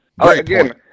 Again